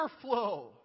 flow